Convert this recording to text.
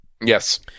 Yes